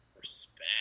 Respect